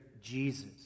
Jesus